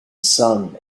sun